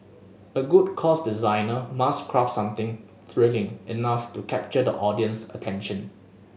a good course designer must craft something thrilling enough to capture the audience's attention